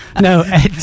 no